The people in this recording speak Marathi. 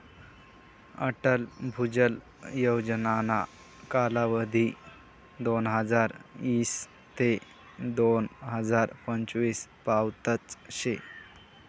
अटल भुजल योजनाना कालावधी दोनहजार ईस ते दोन हजार पंचवीस पावतच शे